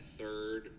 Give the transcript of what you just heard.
third